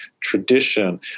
tradition